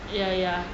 ya ya